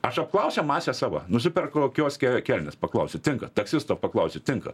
aš apklausiau masę savo nusiperku kioske kelnes paklausiu tinka taksisto paklausiau tinka